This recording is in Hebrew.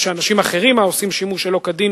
וכן שאנשים אחרים העושים שימוש שלא כדין